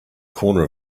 corner